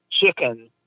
chicken